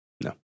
No